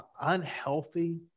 unhealthy